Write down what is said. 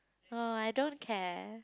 uh I don't care